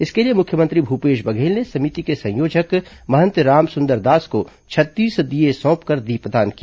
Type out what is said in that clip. इसके लिए मुख्यमंत्री भूपेश बघेल ने समिति के संयोजक महंत रामसुंदर दास को छत्तीस दीये सोंपकर दीपदान किया